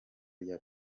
rya